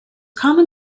common